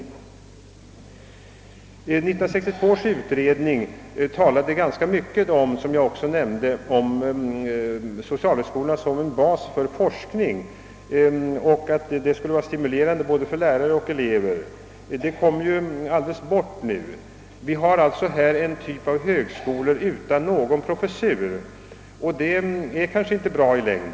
1962 års utredning talade, som jag nämnde, ganska mycket om socialhögskolorna som en bas för forskning. Det sades att det skulle vara stimulerande både för lärare och för elever om en sådan forskning kom till stånd. Detta kommer nu alldeles bort. Socialhögskolorna är alltså en typ av högskolor som inte har några professurer, och detta är kanske inte bra i längden.